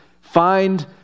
find